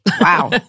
Wow